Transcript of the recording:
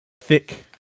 thick